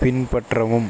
பின்பற்றவும்